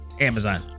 Amazon